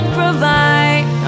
provide